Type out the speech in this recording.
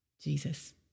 Jesus